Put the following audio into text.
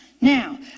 Now